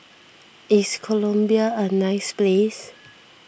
is Colombia a nice place